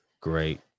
Great